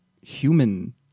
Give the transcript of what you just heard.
human